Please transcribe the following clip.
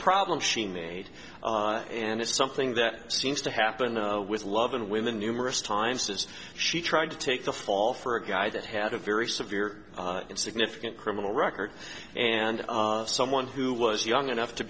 problem she made and it's something that seems to happen with love and women numerous times is she trying to take the fall for a guy that had a very severe significant criminal record and someone who was young enough to